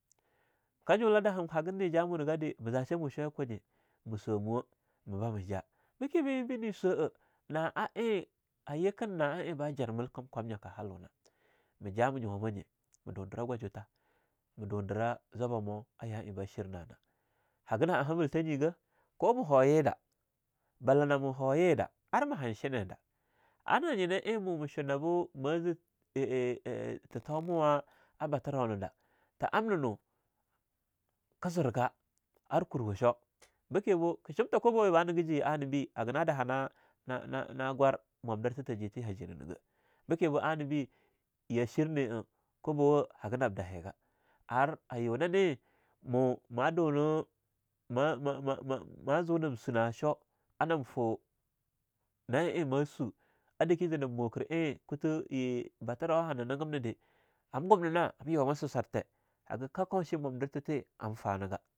Kah julah daham hagan nijah munah gadi, ma za shamishwaya kwanye, ma swamuwa, ma bamu jah, bike be eing be ne swa'ah, na eing a yikin na eing bajarmel kamkwamnyakah halau nah, ma jah mah nyuwa manye, ma dundirah gwajiutha, mah dundirah zwabbah bamu a yah eing bah shirnahnah. Haga na'a hamiltha nyegah, ko ma hoyedah, balah namo hoyi dah ar mah han shine dah ana nyinah eing mu ma shu nah bu mah zir ee..ee thethomawa baturauna dah, tha amna no, kah zurgah ar kurwu shoo, bekebo ki shimtha kobawa we ba nigejiya anahbe hagah na dahana na na na gwar mwamdirtha tha ji tee hajinah nigah. Beke ba annah be ya shirni'a, kwabawa, hagah nab dahigah, ar ayu nane mo ma dunah ma..ma..ma..ma mazu nam sunah a show, anam fah, na eing mah swah ar a dake zir nam mokir eing kutha ye baturo hanah nigem nah de, ham gumnina ham yuwama susarthe haga koun shi momdirtha tee ham fah nigah.